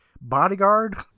bodyguard